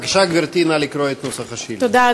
בבקשה, גברתי, נא לקרוא את נוסח השאילתה.